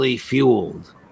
fueled